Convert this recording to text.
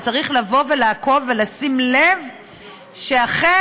וצריך לבוא ולעקוב ולשים לב שאכן,